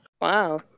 Wow